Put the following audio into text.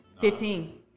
Fifteen